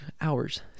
hours